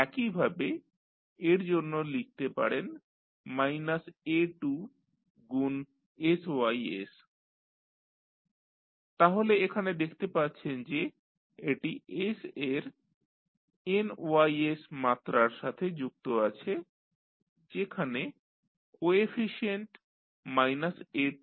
একই ভাবে এর জন্য লিখতে পারেন মাইনাস a2 গুণ sys তাহলে এখানে দেখতে পাচ্ছেন যে এটি s এর nys মাত্রার সাথে যুক্ত আছে যেখানে কোএফিশিয়েন্ট মাইনাস a2